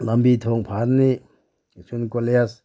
ꯂꯝꯕꯤ ꯊꯣꯡ ꯐꯍꯟꯅꯤ ꯁ꯭ꯀꯨꯜ ꯀꯣꯂꯦꯖ